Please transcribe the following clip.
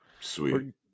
Sweet